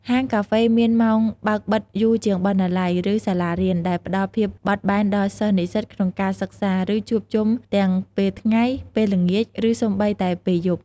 ហាងកាហ្វេមានម៉ោងបើកបិទយូរជាងបណ្ណាល័យ ឬសាលារៀន ដែលផ្ដល់ភាពបត់បែនដល់សិស្សនិស្សិតក្នុងការសិក្សា ឬជួបជុំទាំងពេលថ្ងៃ ពេលល្ងាច ឬសូម្បីតែពេលយប់។